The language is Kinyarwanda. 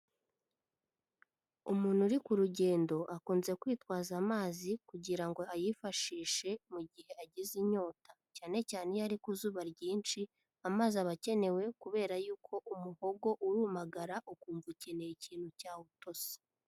Umuntu uri ku rugendo akunze kwitwaza amazi kugira ngo ayifashishe mu gihe agize inyota, cyane cyane iyo ari ku zuba ryinshi, amazi aba akenewe kubera yuko umuhogo urumagara ukumva ukeneye ikintu cyawutosa.